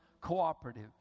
cooperative